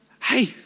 hey